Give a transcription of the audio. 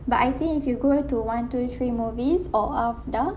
but I think if you go to one to three movies or AFDAH